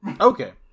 Okay